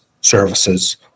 services